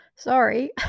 sorry